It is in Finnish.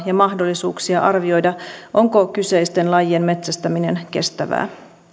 ja mahdollisuuksia arvioida onko kyseisten lajien metsästäminen kestävää